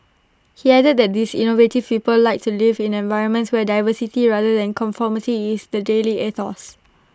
he added that these innovative people like to live in environments where diversity rather than conformity is the daily ethos